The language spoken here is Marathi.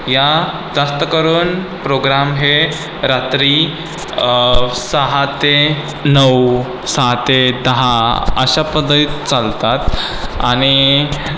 या जास्त करून प्रोग्राम हे रात्री सहा ते नऊ सहा ते दहा अशा पद्धतीत चालतात आणि